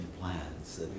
plans